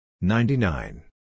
Ninety-nine